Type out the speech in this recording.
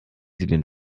sie